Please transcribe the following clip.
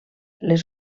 les